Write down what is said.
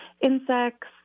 insects